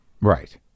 right